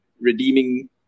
redeeming